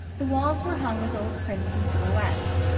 the walls were hung with old prints and silhouettes.